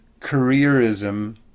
careerism